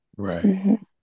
Right